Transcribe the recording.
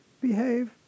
behave